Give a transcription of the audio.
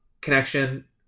connection